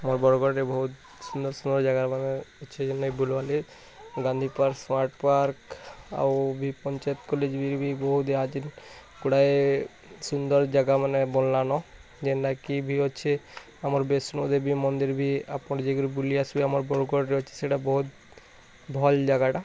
ଆମର୍ ବରଗଡ଼ରେ ବହୁତ୍ ସୁନ୍ଦର୍ ସୁନ୍ଦର୍ ଜାଗାମାନେ ଅଛେ ଯେନ୍ଟାକି ବୁଲିବାର୍ ଲାଗି ଗାନ୍ଧୀ ପାର୍କ୍ ସ୍ମାର୍ଟ୍ ପାର୍କ୍ ଆଉ ବି ପଞ୍ଚାୟତ୍ କଲେଜ୍ରେ ବି ବହୁତ୍ ଇହାଛିନ୍ ଗୁଡ଼ାଏ ସୁନ୍ଦର୍ ଜାଗାମାନେ ବନ୍ଲାନ ଯେନ୍ଟାକି ବି ଅଛେ ଆମର୍ ବୈଷ୍ଣ ଦେବୀ ମନ୍ଦିର୍ ବି ଆପଣ୍ ଯାଇକିରି ବୁଲି ଆସ୍ବେ ଆମର୍ ବରଗଡ଼୍ରେ ଅଛେ ସେଟା ବହୁତ୍ ଭଲ୍ ଜାଗାଟା